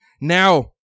Now